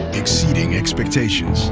exceeding expectations